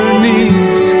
knees